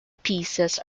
pieces